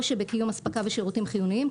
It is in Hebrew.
או שבקיום אספקה ושירותים חיוניים.